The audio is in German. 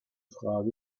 frage